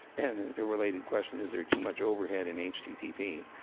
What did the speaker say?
and a related question, is there too much overhead in http?